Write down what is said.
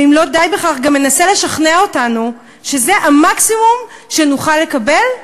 ואם לא די בכך גם מנסה לשכנע אותנו שזה המקסימום שנוכל לקבל,